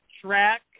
track